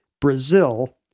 Brazil